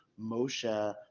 Moshe